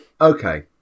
Okay